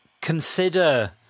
consider